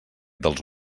dels